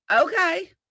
Okay